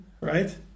right